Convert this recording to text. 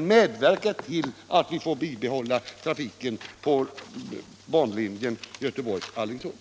medverka till att vi får behålla trafiken på linjen Göteborg-Alingsås?